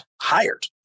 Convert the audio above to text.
hired